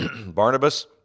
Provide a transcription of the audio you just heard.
Barnabas